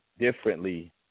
differently